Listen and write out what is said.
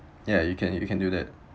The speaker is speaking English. ya you can you can do that